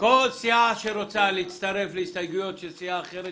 כל סיעה שרוצה להצטרף להסתייגויות של סיעה אחרת